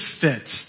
fit